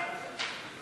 יואל